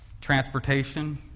transportation